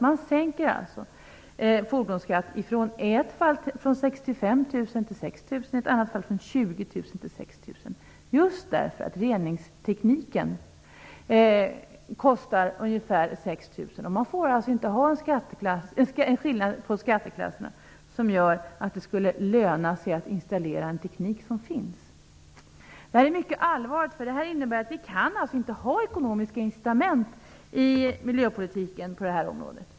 Man sänker alltså fordonskatten i ett fall från 65 000 till 6 000 och i ett annat från 20 000 till 6 000 just därför att reningstekniken kostar ungefär 6 000, och man får alltså inte ha en skillnad på skatteklasserna som gör att det skulle löna sig att installera en teknik som finns. Detta är mycket allvarligt. Det innebär att vi inte kan ha ekonomiska incitament i miljöpolitiken på det här området.